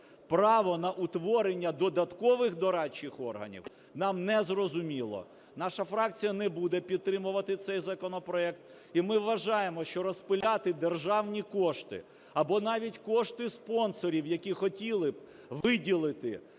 право на утворення додаткових дорадчих органів, нам незрозуміло. Наша фракція не буде підтримувати цей законопроект. І ми вважаємо, що розпиляти державні кошти або навіть кошти спонсорів, які хотіли б виділити